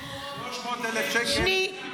300, 600 ו-900.